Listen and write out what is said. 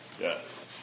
Yes